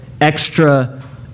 extra